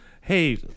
Hey